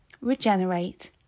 regenerate